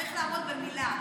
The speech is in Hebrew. צריך לעמוד במילה.